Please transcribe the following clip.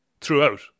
throughout